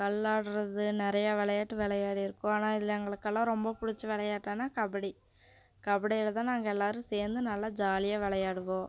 கல்லாடுறது நிறையா விளையாட்டு விளையாடிருக்கோம் ஆனால் இதில் எங்களுக்கெல்லாம் ரொம்ப பிடிச்ச விளையாட்டுனா கபடி கபடியில் தான் நாங்கள் எல்லோரும் சேர்ந்து நல்லா ஜாலியாக விளையாடுவோம்